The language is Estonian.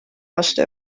aasta